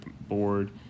board